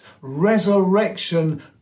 resurrection